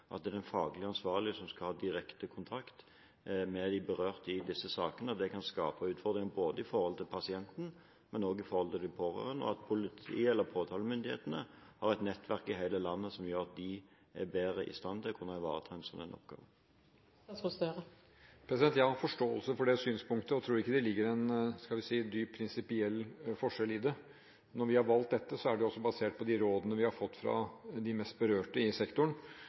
at det er den faglig ansvarlige som skal ha direkte kontakt med de berørte i disse sakene, at det kan skape utfordringer i forhold til pasienten, men også i forhold til pårørende, og at påtalemyndighetene har et nettverk i hele landet, noe som gjør at de er bedre i stand til å kunne ivareta en slik oppgave? Jeg har forståelse for det synspunktet, og tror ikke det ligger en – skal vi si – dyp, prinsipiell forskjell i det. Når vi har valgt dette, er det også basert på de rådene vi har fått fra de mest berørte i sektoren.